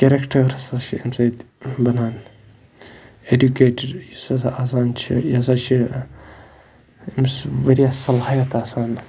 characters ہَسا چھِ اَمہِ سۭتۍ بَنان اٮ۪ڈیُکیٹٕڈ یُس ہَسا آسان چھِ یہِ ہَسا چھِ أمِس واریاہ صلاحیت آسان